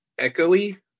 echoey